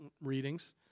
readings